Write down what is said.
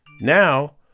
Now